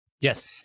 Yes